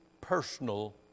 personal